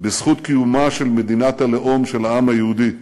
בזכות קיומה של מדינת הלאום של העם היהודי.